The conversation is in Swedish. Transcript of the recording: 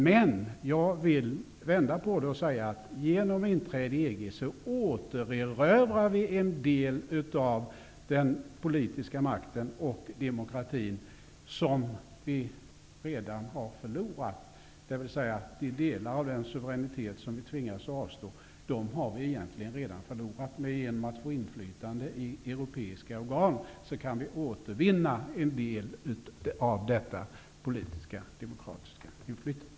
Men jag vill vända på det hela och säga att genom ett inträde i EG återerövrar vi en del av den politiska makten och demokratin som vi redan har förlorat -- dvs. de delar av den suveränitet som vi tvingas avstå har vi egentligen redan förlorat. Men genom att få inflytande i europeiska organ kan vi återvinna en del av detta politiska demokratiska inflytande.